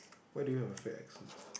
why do you have a fake accent